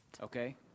Okay